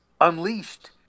Unleashed